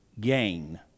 gain